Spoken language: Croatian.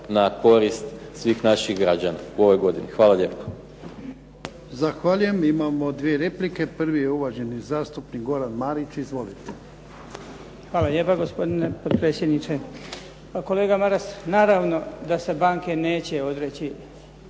na korist svih naših građana u ovoj godini. Hvala lijepo.